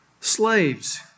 Slaves